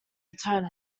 return